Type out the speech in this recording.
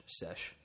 sesh